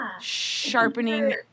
sharpening